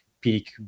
peak